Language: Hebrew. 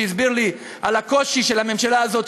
שהסביר לי על הקושי של הממשלה הזאת,